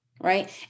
right